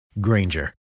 Granger